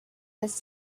this